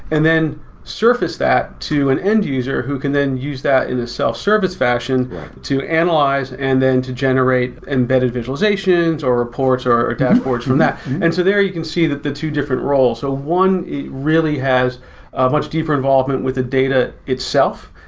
and then surface that to an end user who can then use that in a self service fashion to analyze and then to generate embedded visualizations, or reports, or or dashboards from that. and so there you can see that the two different roles so one really has much deeper involvement with the data itself,